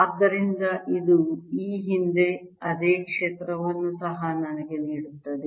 ಆದ್ದರಿಂದ ಇದು ಈ ಹಿಂದೆ ಅದೇ ಕ್ಷೇತ್ರವನ್ನು ಸಹ ನನಗೆ ನೀಡುತ್ತದೆ